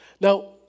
Now